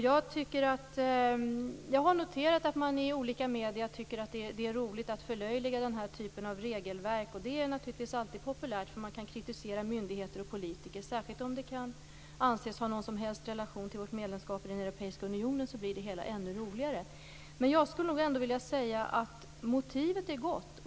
Jag har noterat att man i olika medier tycker att det är roligt att förlöjliga den här typen av regelverk. Det är naturligtvis alltid populärt när man kan kritisera myndigheter och politiker. Om det kan anses ha någon som helst relation till vårt medlemskap i den europeiska unionen blir det hela ännu roligare. Jag skulle vilja säga att motivet är gott.